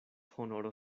honoro